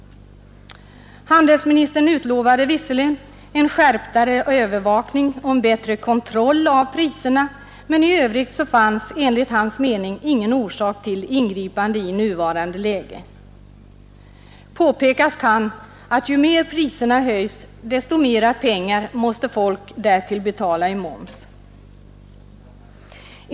Handelsministern utlovade visserligen en mera skärpt övervakning och en bättre kontroll av priserna, men i övrigt fanns enligt hans mening ingen orsak till ingripande i nuvarande läge. Påpekas kan att ju mer priserna höjs, desto mer pengar måste folk också betala i moms.